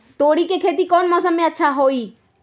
तोड़ी के खेती कौन मौसम में अच्छा होई?